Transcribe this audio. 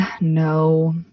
no